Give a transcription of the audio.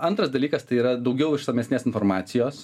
antras dalykas tai yra daugiau išsamesnės informacijos